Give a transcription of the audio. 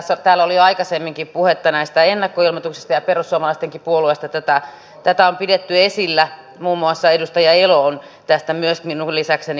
täällä oli jo aikaisemminkin puhetta näistä ennakkoilmoituksista ja perussuomalaistenkin puolueesta tätä on pidetty esillä muun muassa edustaja elo on tästä minun lisäkseni puhunut